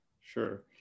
Sure